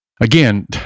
Again